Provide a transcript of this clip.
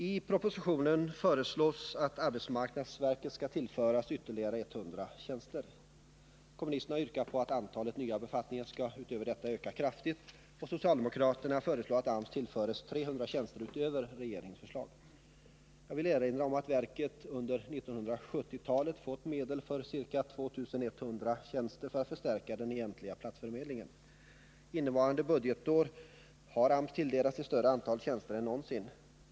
I propositionen föreslås att arbetsmarknadsverket skall tillföras ytterligare 100 tjänster. Kommunisterna har yrkat på att antalet nya befattningar utöver detta skall öka kraftigt, och socialdemokraterna föreslår att AMS tillföres 300 tjänster utöver regeringens förslag. Jag vill erinra om att verket under 1970-talet fått medel för ca 2 100 tjänster för att förstärka den egentliga platsförmedlingen. Innevarande budgetår har AMS tilldelats ett större antal tjänster än någonsin.